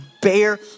bear